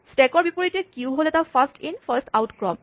স্টেকৰ বিপৰীতে কিউ হ'ল এটা ফাৰ্স্ট ইন ফাৰ্স্ট আউট ক্ৰম